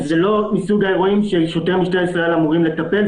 שזה לא מסוג האירועים ששוטרי משטרת ישראל אמורים לטפל.